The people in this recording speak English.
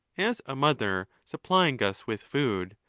as a mother, sup plying us with food,